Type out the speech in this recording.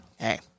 hey